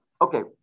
Okay